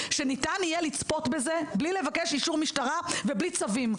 שיהיה ניתן לצפות בזה בלי לבקש אישור משטרה ובלי צווים.